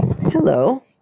Hello